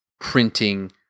printing